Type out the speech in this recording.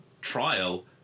trial